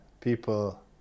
people